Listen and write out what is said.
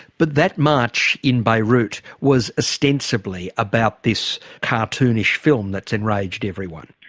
but that march in beirut was ostensibly about this cartoonish film that's enraged everyone.